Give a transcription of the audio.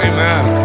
Amen